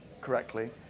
correctly